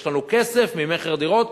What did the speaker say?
יש לנו כסף ממכר דירות,